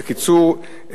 בקיצור,